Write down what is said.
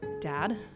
Dad